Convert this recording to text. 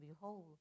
Behold